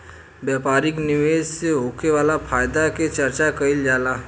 व्यापारिक निवेश से होखे वाला फायदा के चर्चा कईल जाला